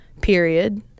period